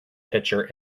pitcher